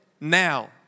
now